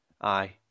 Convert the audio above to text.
Aye